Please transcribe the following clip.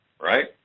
right